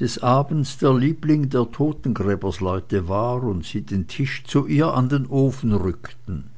des abends der liebling der totengräbersleute war und sie den tisch zu ihr an den ofen rückten